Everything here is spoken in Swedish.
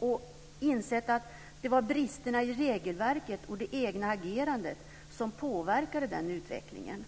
Man borde ha insett att det var bristerna i regelverket och det egna agerandet som påverkade utvecklingen.